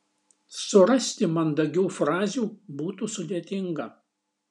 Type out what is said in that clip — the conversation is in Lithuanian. surasti mandagių frazių būtų sudėtinga